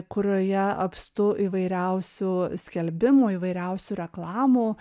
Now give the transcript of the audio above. kurioje apstu įvairiausių skelbimų įvairiausių reklamų